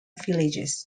villages